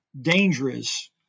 Dangerous